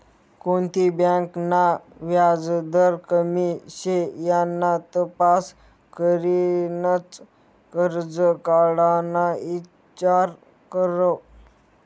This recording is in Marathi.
कोणती बँक ना व्याजदर कमी शे याना तपास करीनच करजं काढाना ईचार करो